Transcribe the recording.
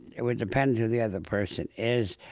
it would depend who the other person is.